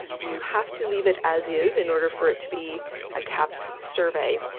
you have to leave it as is in order for it to be a cahps survey.